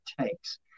takes